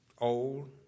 Old